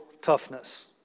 toughness